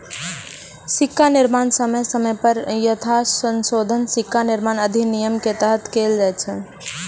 सिक्काक निर्माण समय समय पर यथासंशोधित सिक्का निर्माण अधिनियम के तहत कैल जाइ छै